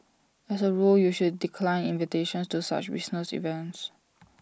as A rule you should decline invitations to such business events